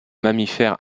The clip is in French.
mammifères